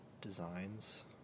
designs